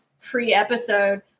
pre-episode